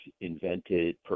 invented